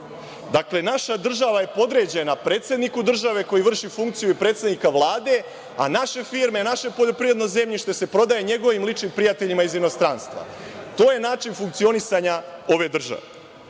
istina. Dakle, naša država je podređena predsedniku države koji vrši funkciju i predsednika Vlade, a naše firme, naše poljoprivredno zemljište se prodaje njegovim ličnim prijateljima iz inostranstva. To je način funkcionisanja ove države.